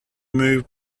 move